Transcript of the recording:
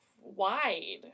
wide